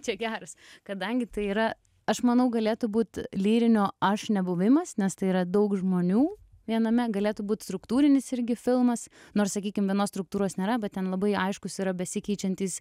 čia geras kadangi tai yra aš manau galėtų būt lyrinio aš nebuvimas nes tai yra daug žmonių viename galėtų būt struktūrinis irgi filmas nors sakykim vienos struktūros nėra bet ten labai aiškus yra besikeičiantys